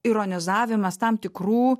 ironizavimas tam tikrų